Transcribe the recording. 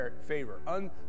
favor